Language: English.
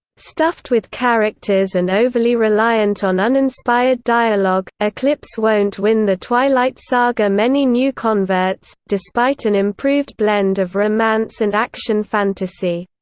stuffed with characters and overly reliant on uninspired uninspired dialogue, eclipse won't win the twilight saga many new converts, despite an improved blend of romance and action fantasy.